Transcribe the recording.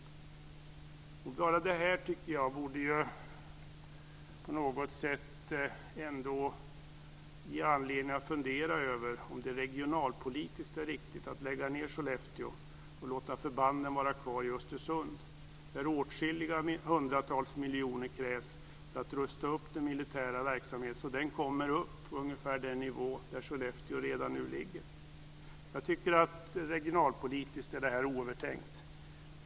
Bara detta tycker jag på något sätt ändå borde ge anledning att fundera över om det regionalpolitiskt är riktigt att lägga ned Sollefteå garnison och låta förbanden vara kvar i Östersund där åtskilliga hundratals miljoner krävs för att rusta upp den militära verksamheten så att den hamnar på ungefär den nivå där Sollefteå redan nu ligger. Jag tycker att detta är regionalpolitiskt oövertänkt.